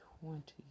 twenty